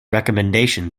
recommendation